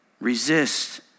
resist